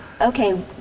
okay